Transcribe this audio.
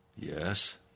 yes